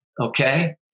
okay